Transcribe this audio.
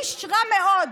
אישה רעה מאוד,